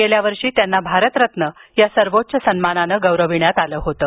गेल्या वर्षी त्यांना भारतरत्न या सर्वोच्च सन्मानानं गौरविण्यात आलं होतं